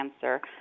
cancer